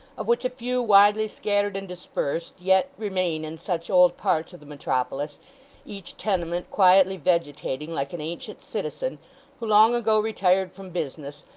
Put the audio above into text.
of which a few, widely scattered and dispersed, yet remain in such old parts of the metropolis each tenement quietly vegetating like an ancient citizen who long ago retired from business,